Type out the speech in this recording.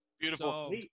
Beautiful